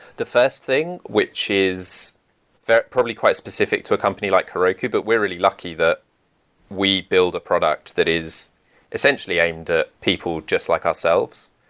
the first thing which is probably quite specific to a company like heroku, but we're really lucky that we build a product that is essentially aimed to people just like ourselves.